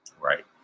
right